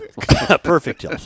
Perfect